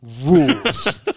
rules